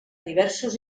diversos